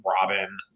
Robin